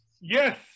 Yes